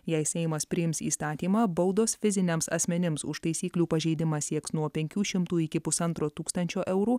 jei seimas priims įstatymą baudos fiziniams asmenims už taisyklių pažeidimą sieks nuo penkių šimtų iki pusantro tūkstančio eurų